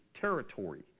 territory